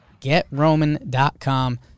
GetRoman.com